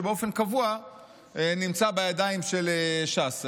שבאופן קבוע נמצא בידיים של ש"ס,